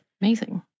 Amazing